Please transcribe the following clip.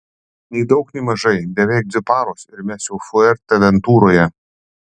nei daug nei mažai beveik dvi paros ir mes jau fuerteventuroje